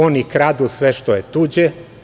Oni kradu sve što je tuđe.